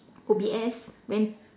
O_B_S when